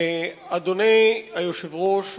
אדוני היושב-ראש,